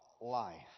life